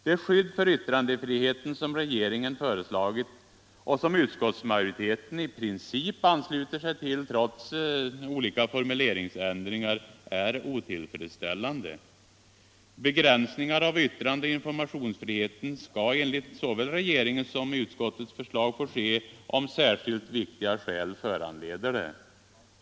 Det skydd för yttrandefriheten som regeringen föreslagit och utskottsmajoriteten i princip anslutit sig till, trots vissa formuleringsändringar, är otillfredsställande. Begränsningar av yttrandeoch informationsfriheten skall enligt såväl regeringens som utskottets förslag få ske ”om särskilt viktiga skäl föranleder det”.